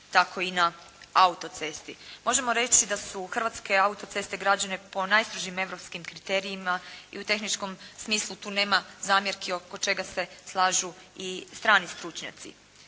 tako i na autocesti. Možemo reći da su hrvatske autoceste građene po najstrožim europskim kriterijima i u tehničkom smislu tu nema zamjerki oko čega se slažu i strani stručnjaci.